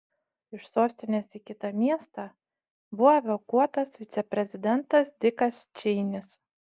iš sostinės į kitą miestą buvo evakuotas viceprezidentas dikas čeinis